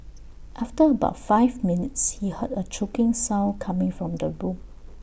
after about five minutes he heard A choking sound coming from the room